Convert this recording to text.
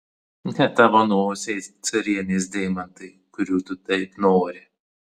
ne tavo nosiai carienės deimantai kurių tu taip nori